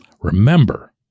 Remember